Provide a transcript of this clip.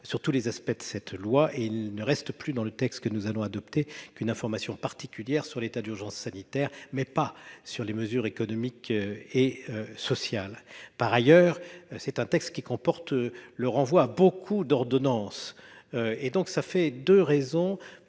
sur tous les aspects de ce texte. Or ne reste plus dans la version que nous allons adopter qu'une information particulière sur l'état d'urgence sanitaire, mais pas sur les mesures économiques et sociales. Par ailleurs, ce projet de loi comporte le renvoi à de nombreuses ordonnances. Pour ces deux raisons,